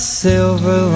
silver